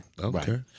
Okay